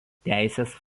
teisės